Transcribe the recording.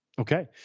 Okay